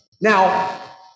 Now